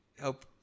help